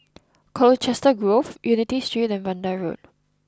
Colchester Grove Unity Street and Vanda Road